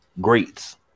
greats